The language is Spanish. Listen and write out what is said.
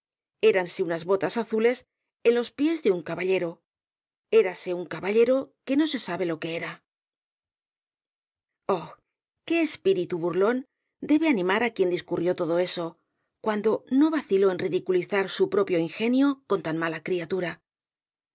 azides éranse unas botas azules en los pies de un caepílogo sentimental ballero érase un caballero que no se sabe lo que era oh qué espíritu burlón debe animar á quien discurrió todo eso cuando no vaciló en ridiculizar su propio ingenio con tan mala criatura